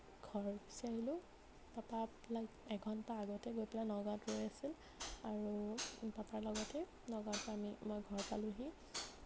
ঘৰ গুচি আহিলোঁ পাপা এঘণ্টা আগতেই গৈ পেলাই নগাঁৱত ৰৈ আছিল আৰু পাপাৰ লগতে নগাঁৱত নামি মই ঘৰ পালোঁহি